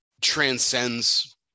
transcends